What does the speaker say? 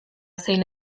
zein